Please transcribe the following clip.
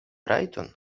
rajton